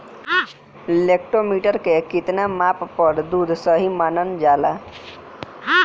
Lactometer के कितना माप पर दुध सही मानन जाला?